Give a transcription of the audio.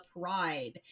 pride